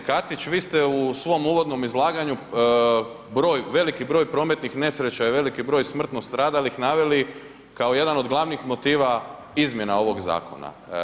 G. Katić, vi ste u svom uvodnom izlaganju broj, veliki broj prometnih nesreća i veliki broj smrtno stradalih naveli kao jedan od glavnih motiva izmjena ovog zakona.